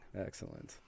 Excellent